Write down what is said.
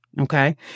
Okay